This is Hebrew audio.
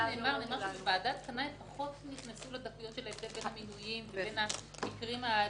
בוועדת קנאי פחות נכנסו לדקויות של סדר המינויים והמקרים הייחודיים.